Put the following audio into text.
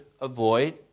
avoid